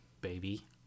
baby